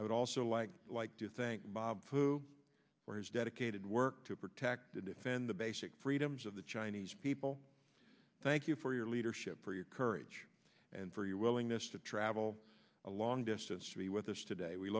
i would also like like to thank bob fu for his dedicated work to protect and defend the basic freedoms of the chinese people thank you for your leadership for your courage and for your willingness to travel a long distance to be with us today we